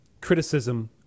criticism